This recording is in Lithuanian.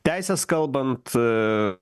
teises kalbant